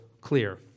clear